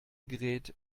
gerät